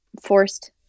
forced